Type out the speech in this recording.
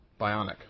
bionic